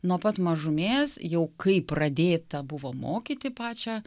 nuo pat mažumės jau kaip pradėta buvo mokyti pačią